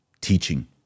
teaching